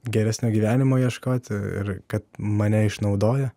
geresnio gyvenimo ieškoti ir kad mane išnaudoja